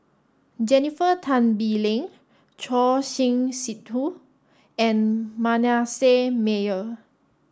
Jennifer Tan Bee Leng Choor Singh Sidhu and Manasseh Meyer